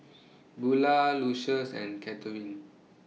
Bula Lucious and Kathyrn